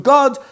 God